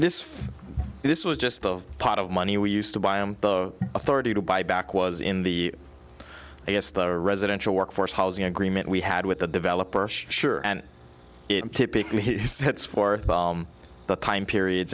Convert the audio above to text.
this this was just the pot of money we used to buy the authority to buy back was in the i guess the residential workforce housing agreement we had with the developer sure and typically he sits for the time periods